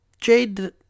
Jade